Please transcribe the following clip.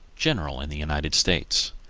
general in the united states.